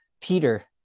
Peter